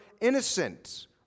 innocent